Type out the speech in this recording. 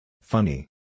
Funny